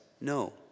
No